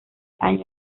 año